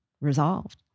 resolved